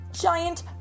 Giant